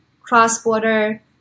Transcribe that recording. cross-border